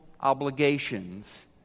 obligations